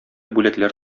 бүләкләр